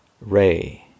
Ray